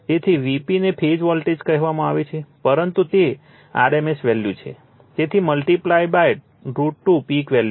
તેથી Vp ને phase voltage કહેવામાં આવે છે પરંતુ તે rms વેલ્યુ છે તેથી મલ્ટીપ્લાઇડ √ 2 પીક વેલ્યુ છે